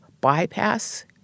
bypass